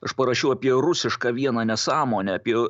aš parašiau apie rusišką vieną nesąmonę apie